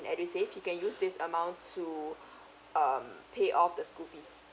in edusave he can use this amounts to um pay off the school fees